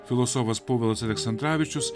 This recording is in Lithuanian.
filosofas povilas aleksandravičius